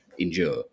endure